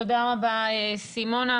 תודה רבה, סימונה.